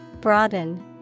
Broaden